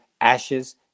ashes